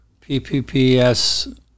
PPPS